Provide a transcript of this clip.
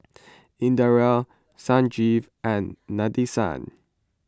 Indira Sanjeev and Nadesan